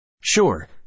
Sure